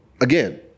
again